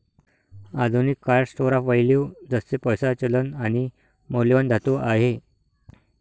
आधुनिक काळात store of value जसे पैसा, चलन आणि मौल्यवान धातू आहे